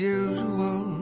usual